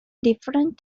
different